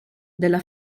della